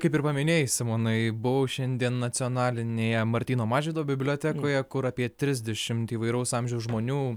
kaip ir paminėjai simonai buvau šiandien nacionalinėje martyno mažvydo bibliotekoje kur apie trisdešimt įvairaus amžiaus žmonių